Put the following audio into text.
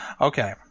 Okay